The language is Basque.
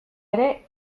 ere